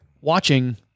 watching